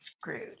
screwed